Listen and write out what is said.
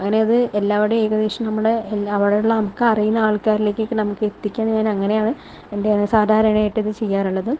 അങ്ങനെ അത് എല്ലാവരുടെയും ഏകദേശം നമ്മുടെ എല്ലാ അവിടെയുള്ള നമുക്ക് അറിയുന്ന ആൾക്കാരിലേക്കൊക്കെ നമുക്ക് എത്തിക്കാൻ ഞാൻ അങ്ങനെയാണ് എന്ത് ഞാൻ സാധാരണയായിട്ട് ഇത് ചെയ്യാറുള്ളത്